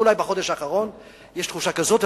ואולי בחודש האחרון יש תחושה כזאת.